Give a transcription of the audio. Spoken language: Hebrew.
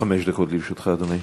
חמש דקות לרשותך, אדוני.